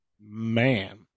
Man